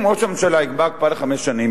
אם ראש הממשלה יקבע הקפאה לחמש שנים,